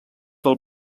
del